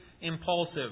impulsive